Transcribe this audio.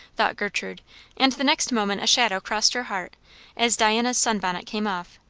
thought gertrude and the next moment a shadow crossed her heart as diana's sun-bonnet came off,